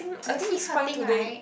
your teeth hurting right